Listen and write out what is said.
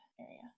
area